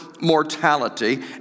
mortality